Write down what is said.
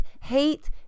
hate